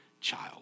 child